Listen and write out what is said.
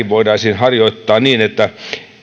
voitaisiin harjoittaa niin että